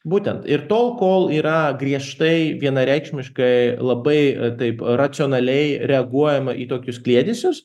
būtent ir tol kol yra griežtai vienareikšmiškai labai taip racionaliai reaguojama į tokius kliedesius